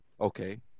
Okay